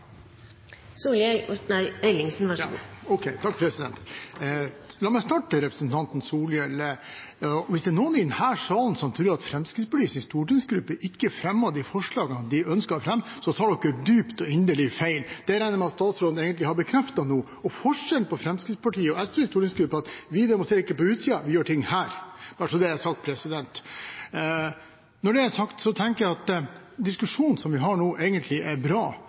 så dypt ned i hierarkiet som det vi her inviteres til, mener Høyre at vi forrykker det maktfordelingsprinsippet, og det ønsker vi ikke å bidra til. La meg starte med – til representanten Solhjell: Hvis det er noen i denne salen som tror at Fremskrittspartiets stortingsgruppe ikke fremmer de forslagene den ønsker å fremme, tar de dypt og inderlig feil. Det regner jeg med at statsråden egentlig har bekreftet nå, og forskjellen på Fremskrittspartiets og SVs stortingsgruppe er at vi ikke demonstrerer på utsiden. Vi gjør ting her, bare så det er sagt. Når det er sagt, tenker jeg at diskusjonen vi har nå, egentlig